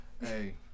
Hey